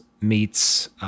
meets –